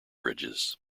bridges